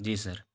जी sir